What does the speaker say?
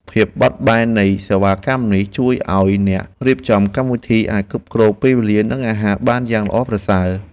ភាពបត់បែននៃសេវាកម្មនេះជួយឱ្យអ្នករៀបចំកម្មវិធីអាចគ្រប់គ្រងពេលវេលា និងអាហារបានយ៉ាងល្អប្រសើរ។